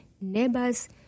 neighbors